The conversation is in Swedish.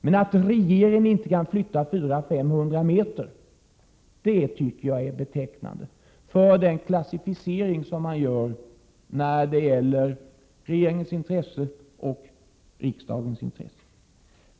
Att regeringen nu själv inte kan flytta 400—500 meter är betecknande för den klassificering regeringen gör mellan regeringens intresse och riksdagens intresse.